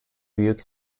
büyük